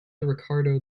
ricardo